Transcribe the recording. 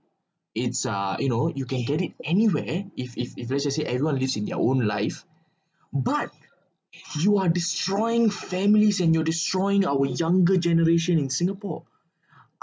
it's uh you know you can get it anywhere if if if let's just say in your own life but you are destroying families and you're destroying our younger generation in singapore